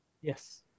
Yes